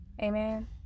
Amen